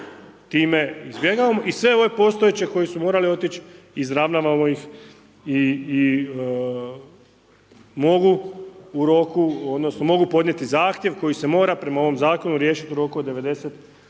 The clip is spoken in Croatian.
Time izbjegavamo i sve ove postojeće koji su morali otići, izravnavamo ih i mogu u roku odnosno mogu podnijeti zahtjev koji se mora prema ovom zakonu riješiti u roku od 90